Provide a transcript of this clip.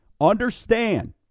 Understand